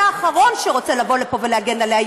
אתה האחרון שרוצה לבוא לפה ולהגן עליה.